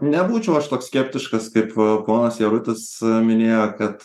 nebūčiau aš toks skeptiškas kaip ponas jarutis minėjo kad